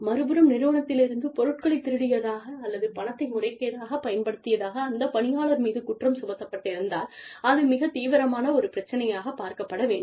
அதுவே மறுபுறம் நிறுவனத்திலிருந்து பொருட்களைத் திருடியதாக அல்லது பணத்தை முறைகேடாகப் பயன்படுத்தியதாக அந்த பணியாளர் மீது குற்றம் சுமத்தப்பட்டிருந்தால் அது மிகத் தீவிரமான ஒரு பிரச்சினையாக பார்க்கப்பட வேண்டும்